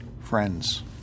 Friends